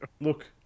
look